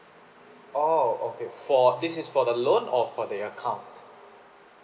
oh okay for this is for the loan or for the account